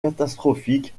catastrophique